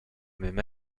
même